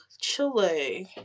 Chile